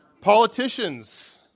Politicians